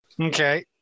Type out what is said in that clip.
Okay